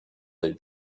they